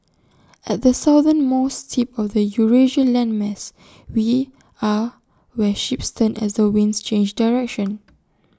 at the southernmost tip of the Eurasia landmass we are where ships turn as the winds change direction